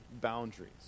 boundaries